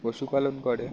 পশুপালন করে